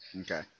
Okay